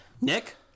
Nick